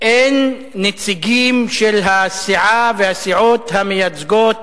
אין נציגים של הסיעה והסיעות המייצגות